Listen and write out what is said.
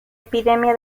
epidemia